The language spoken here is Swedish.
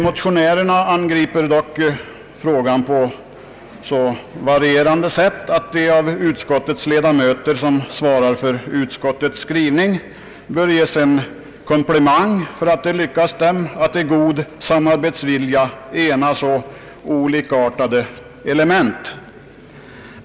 Motionärerna angriper dock frågan på så varierande sätt, att man bör ge en komplimang till de ledamöter som svarar för utskottets skrivning för att de genom god samarbetsvilja lyckats ena så olikartade element.